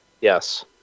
Yes